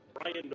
Brian